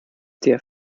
der